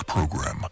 Program